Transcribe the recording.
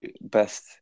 best